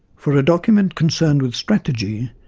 for a document concerned with strategy,